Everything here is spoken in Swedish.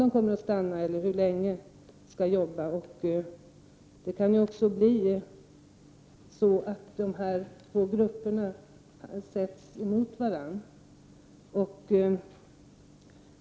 De flyktingar som har fått arbetsoch uppehållstillstånd och de som inte har fått det kan också ställas mot varandra.